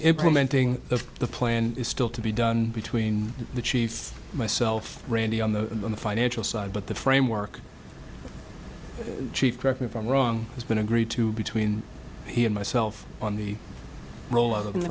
implementing the plan is still to be done between the chief myself randy on the financial side but the framework chief correct me if i'm wrong it's been agreed to between he and myself on the roll o